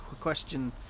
question